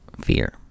fear